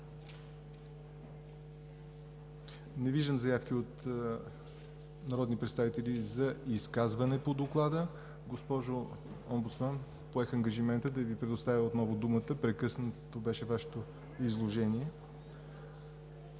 Не виждам заявки от народни представители за изказване по Доклада. Госпожо Омбудсман, поех ангажимента да Ви предоставя отново думата – Вашето изложение